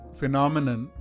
phenomenon